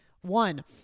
one